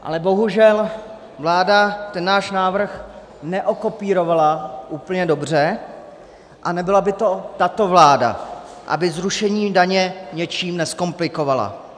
Ale bohužel vláda ten náš návrh neokopírovala úplně dobře, a nebyla by to tato vláda, aby zrušení daně něčím nezkomplikovala.